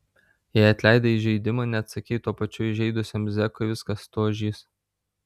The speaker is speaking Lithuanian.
jei atleidai įžeidimą neatsakei tuo pačiu įžeidusiam zekui viskas tu ožys